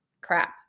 crap